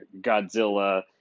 Godzilla